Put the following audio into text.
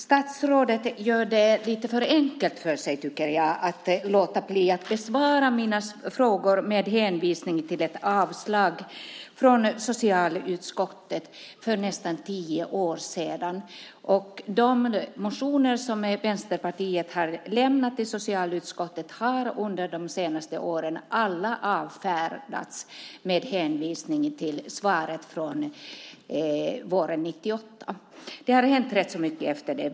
Statsrådet gör det lite för enkelt för sig, tycker jag, när han låter bli att besvara mina frågor med hänvisning till ett avslag från socialutskottet för nästan tio år sedan. Och alla de motioner som Vänsterpartiet har lämnat till socialutskottet har under de senaste åren avfärdats med hänvisning till svaret från våren 1998. Det har hänt rätt mycket efter det.